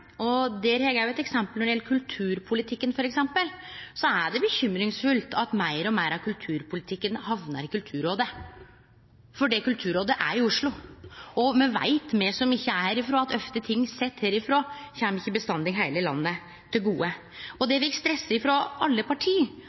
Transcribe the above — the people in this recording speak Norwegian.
og der har eg òg eit eksempel. Når det gjeld kulturpolitikken, er det bekymringsfullt at meir og meir av kulturpolitikken hamnar i Kulturrådet fordi Kulturrådet er i Oslo. Og me som ikkje er herifrå, veit at ting sett herifrå ikkje alltid kjem heile landet til gode. Eg vil stresse at me frå alle parti